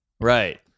right